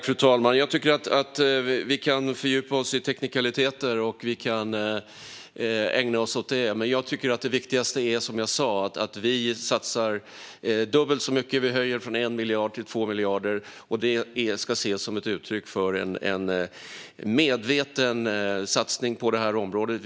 Fru talman! Vi kan fördjupa oss i teknikaliteter och ägna oss åt sådant, men jag tycker att det viktigaste är, som jag sa, att vi satsar dubbelt så mycket och höjer från 1 miljard till 2 miljarder. Det ska ses som ett uttryck för en medveten satsning på det här området.